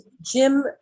jim